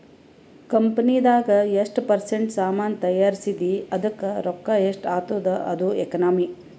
ಕಂಪನಿದಾಗ್ ಎಷ್ಟ ಪರ್ಸೆಂಟ್ ಸಾಮಾನ್ ತೈಯಾರ್ಸಿದಿ ಅದ್ದುಕ್ ರೊಕ್ಕಾ ಎಷ್ಟ ಆತ್ತುದ ಅದು ಎಕನಾಮಿ